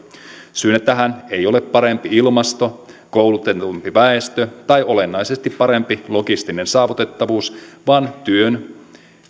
syynä tähän ei ole parempi ilmasto koulutetumpi väestö tai olennaisesti parempi logistinen saavutettavuus vaan työn